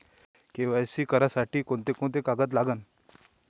KYC करासाठी कोंते कोंते कागद लागन?